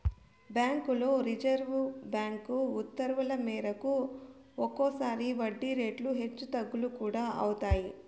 బ్యాంకుల్లో reserve bank ఉత్తర్వుల మేరకు ఒక్కోసారి వడ్డీ రేట్లు హెచ్చు తగ్గులు కూడా అవుతాయి